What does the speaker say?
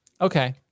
Okay